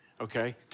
okay